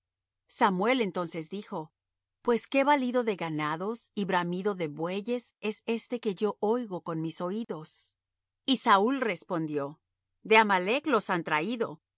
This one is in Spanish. samuel entonces dijo pues qué balido de ganados y bramido de bueyes es este que yo oigo con mis oídos y saúl respondió de amalec los han traído